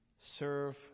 serve